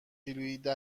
کیلوییده